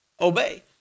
Obey